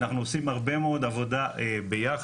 אנחנו עושים הרבה מאוד עבודה ביחד,